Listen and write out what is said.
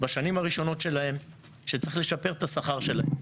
בשנים הראשונות שלהם, שצריך לשפר את השכר שלהם.